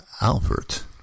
Albert